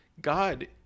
God